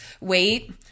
Wait